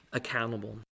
accountable